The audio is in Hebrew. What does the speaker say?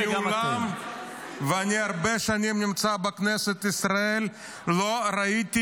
--- חברים מסיעת יש עתיד, לא צריך סיוע.